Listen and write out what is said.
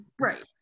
right